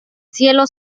cielo